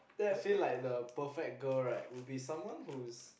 I say like the perfect girl right would be someone whose